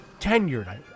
Tenured